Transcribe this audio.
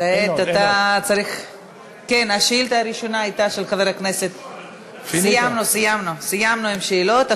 אדוני השר, סיימנו עם שאלות.